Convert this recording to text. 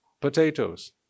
potatoes